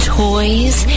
toys